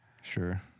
Sure